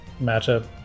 matchup